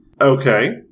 Okay